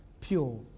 pure